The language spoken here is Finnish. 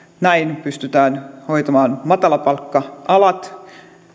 näin pystytään hoitamaan matalapalkka alat